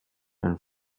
and